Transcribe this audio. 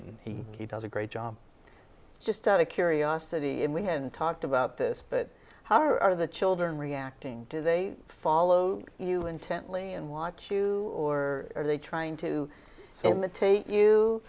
and he does a great job just out of curiosity and we haven't talked about this but how are the children reacting do they follow you intently and watch you or are they trying to